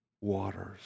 waters